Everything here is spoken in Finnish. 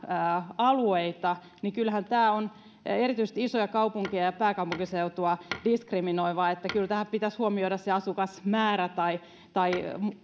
alueita on erityisesti isoja kaupunkeja ja pääkaupunkiseutua diskriminoiva kyllä tässä pitäisi huomioida se asukasmäärä tai tai